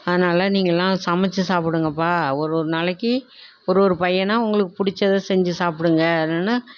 அதனால் நீங்களெல்லாம் சமைத்து சாப்பிடுங்கப்பா ஒரு ஒரு நாளைக்கு ஒவ்வொரு பையனாக உங்களுக்கு பிடிச்சத செஞ்சு சாப்பிடுங்க இன்னொன்று